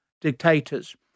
dictators